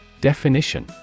Definition